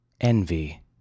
Envy